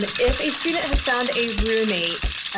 and if a student has found a roommate,